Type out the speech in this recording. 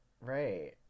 Right